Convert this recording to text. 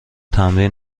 تمرین